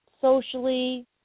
socially